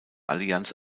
allianz